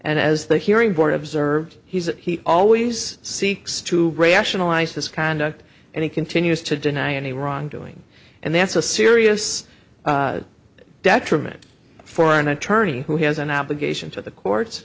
and as the hearing board observed he always seeks to rationalize his conduct and he continues to deny any wrongdoing and that's a serious detriment for an attorney who has an obligation to the courts